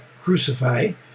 crucified